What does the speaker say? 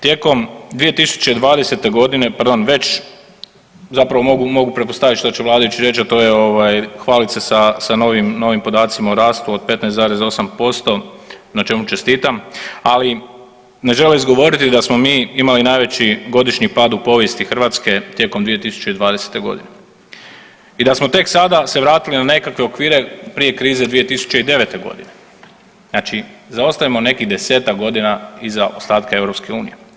Tijekom 2020. g., pardon, već zapravo, mogu pretpostaviti što će vladajući reći, a to je ovaj, hvaliti se sa novim podacima o rastu od 15,8% na čemu čestitam, ali ne žele izgovoriti da smo mi imali najveći godišnji pad u povijesti Hrvatske tijekom 2020. g. i da smo tek sada se vratili na nekakve okvire prije krize 2009. g., znači zaostajemo nekih 10-ak godina iza ostatka EU.